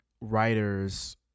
writers